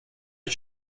att